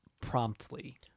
promptly